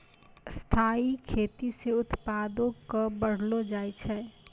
स्थाइ खेती से उत्पादो क बढ़लो जाय छै